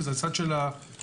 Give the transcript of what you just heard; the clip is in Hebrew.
שזה הצד של המשטרה.